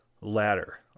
ladder